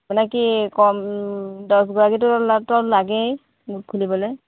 মানে কি কম দহগৰাকীতো লতো লাগেই গোট খুলিবলৈ